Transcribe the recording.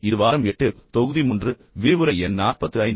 இது வாரம் 8 தொகுதி 3 விரிவுரை எண் 45